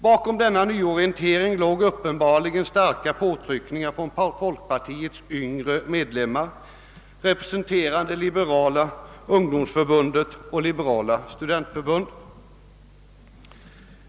Bakom denna nyorientering låg uppenbarligen starka påtryckningar från folkpartiets yngre medlemmar representerande Folkpartiets ungdomsförbund och Sveriges liberala studentförbund.